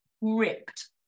ripped